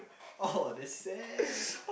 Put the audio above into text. oh that's sad